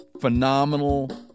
phenomenal